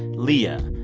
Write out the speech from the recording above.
leah,